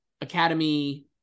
academy